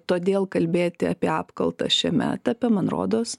todėl kalbėti apie apkaltą šiame etape man rodos